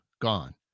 gone